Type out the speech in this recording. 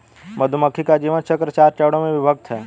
मधुमक्खी का जीवन चक्र चार चरणों में विभक्त है